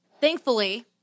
Thankfully